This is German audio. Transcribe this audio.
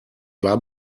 war